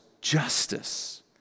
justice